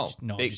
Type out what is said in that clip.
No